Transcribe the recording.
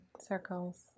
circles